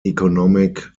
economic